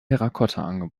angeboten